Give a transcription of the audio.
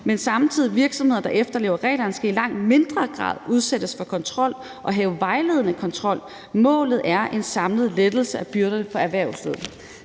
størst. Virksomheder, der efterlever reglerne, skal i langt mindre grad udsættes for kontrol og have vejledende kontrol. Målet er en samlet lettelse af byrderne på erhvervslivet«.